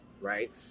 right